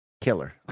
Killer